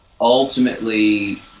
ultimately